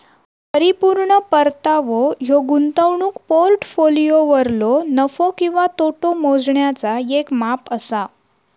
परिपूर्ण परतावो ह्यो गुंतवणूक पोर्टफोलिओवरलो नफो किंवा तोटो मोजण्याचा येक माप असा